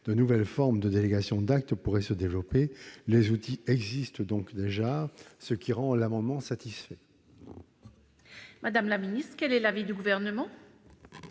de nouvelles formes de délégations d'actes pourraient se développer. Les outils existant déjà, l'amendement est satisfait.